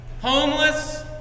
Homeless